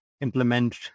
implement